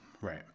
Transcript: Right